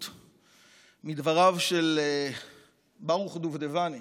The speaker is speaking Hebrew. מדבריו של ברוך דובדבני.